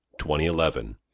2011